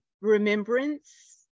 remembrance